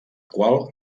qual